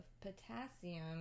potassium